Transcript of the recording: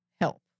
help